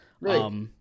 Right